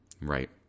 Right